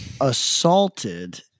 assaulted